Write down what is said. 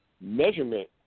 measurement